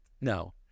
no